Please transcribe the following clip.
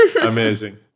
Amazing